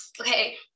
okay